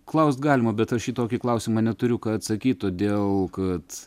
klaust galima bet aš į tokį klausimą neturiu ką atsakyti todėl kad